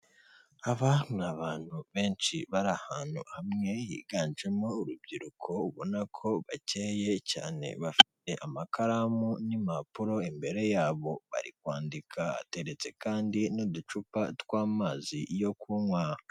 Aba ni abantu benshi bari ahantu hamwe higanjemo urubyiruko ubona ko bakeye cyane, bafite amakaramu n'impapuro imbere yabo bari kwandika, hateretse kandi n'uducupa tw'amazi yo kunywa.